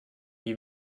wie